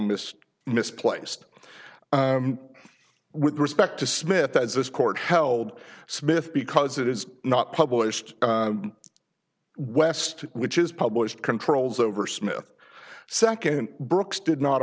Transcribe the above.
missed misplaced with respect to smith as this court held smith because it is not published west which is published controls over smith second brooks did not